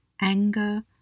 anger